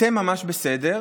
אתם ממש בסדר,